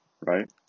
right